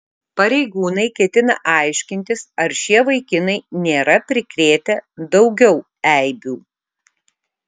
pareigūnai ketina aiškintis ar šie vaikinai nėra prikrėtę daugiau eibių